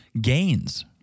gains